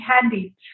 handy